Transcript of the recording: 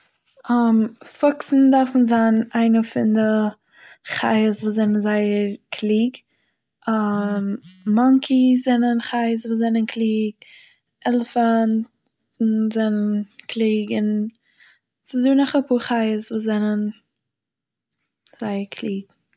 פוקסן דארפן זיין איינער פון די חיות וואס זענען זייער קליג, מאנקי'ס זענען חיות וואס זענען קליג, עלעפאנט'ן זענען קליג און ס'דא נאך אפאהר חיות וואס זענען זייער קליג.